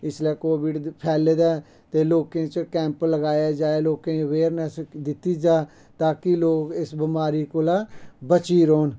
इसलै कोविड़ फैल्ले दा ऐ ते लोकें च कैंप लगाया जाए लोकें अवेयरनैस्स दित्ती जा तां कि लोग इस बमारी कोला बचियै रौह्न